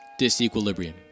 disequilibrium